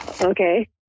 Okay